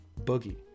Boogie